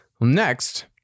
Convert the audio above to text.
Next